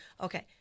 okay